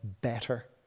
better